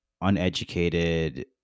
uneducated